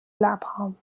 لبهام